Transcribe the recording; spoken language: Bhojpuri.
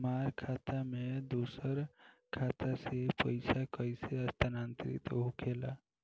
हमार खाता में दूसर खाता से पइसा कइसे स्थानांतरित होखे ला?